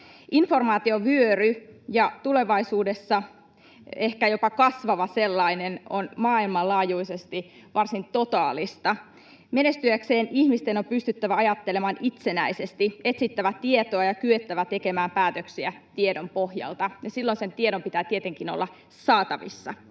Informaatiovyöry, ja tulevaisuudessa ehkä jopa kasvava sellainen, on maailmanlaajuisesti varsin totaalista. Menestyäkseen ihmisten on pystyttävä ajattelemaan itsenäisesti, etsittävä tietoa ja kyettävä tekemään päätöksiä tiedon pohjalta, ja silloin sen tiedon pitää tietenkin olla saatavissa.